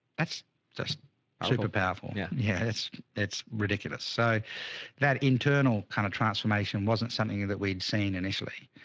that's just super powerful. yeah. yeah, that's, it's ridiculous. so that internal kind of transformation wasn't something that we'd seen initially.